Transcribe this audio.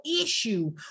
issue